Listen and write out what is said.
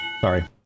sorry